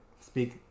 speak